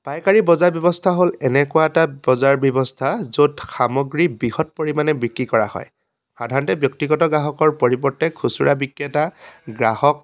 পাইকাৰী বজাৰ ব্যৱস্থা হ'ল এনেকুৱা এটা বজাৰ ব্যৱস্থা য'ত সামগ্ৰী বৃহৎ পৰিমাণে বিক্ৰী কৰা হয় সাধাৰণতে ব্যক্তিগত গ্ৰাহকৰ পৰিৱৰ্তে খুচুৰা বিক্ৰেতা গ্ৰাহক